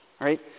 right